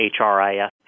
HRIS